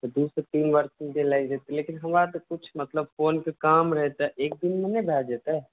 अच्छा दू सॅं तीन दिन लागि जेतै लेकिन हमरा तऽ किछु मतलब फोनके काम रहै तऽ एक दिनमे नहि भऽ जेतै